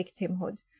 victimhood